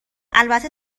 البته